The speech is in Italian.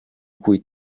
cui